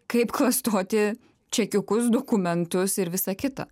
kaip klastoti čekiukus dokumentus ir visa kita